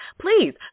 Please